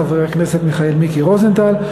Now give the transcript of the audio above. חבר הכנסת מיקי רוזנטל,